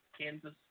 Kansas